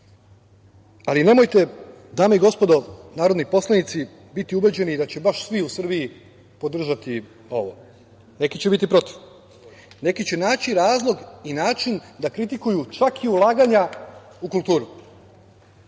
istoriju. Ali, dame i gospodo narodni poslanici, nemojte biti ubeđeni da će baš svi u Srbiji podržati ovo, neki će biti protiv. Neki će naći razlog i način da kritikuju čak i ulaganja u kulturu,